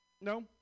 No